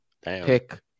pick –